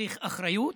מצריך אחריות,